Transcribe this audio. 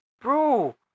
bro